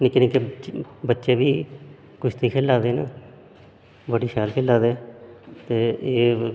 निक्के निक्के बच्चे बी कुश्ती खेला दे न बड़ी शैल खेला दे ते एह्